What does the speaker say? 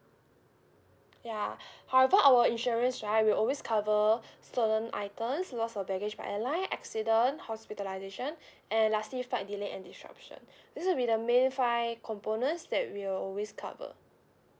ya however our insurance right we always cover stolen items loss of baggage by airline accident hospitalisation and lastly flight delay and disruption this will be the main five components that we'll always cover